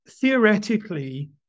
Theoretically